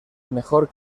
mejor